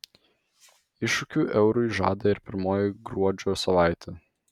iššūkių eurui žada ir pirmoji gruodžio savaitė